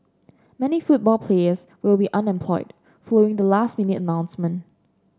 many football players will be unemployed following the last minute announcement